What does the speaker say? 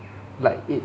like it